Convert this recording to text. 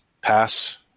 pass